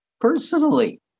personally